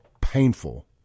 painful